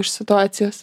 iš situacijos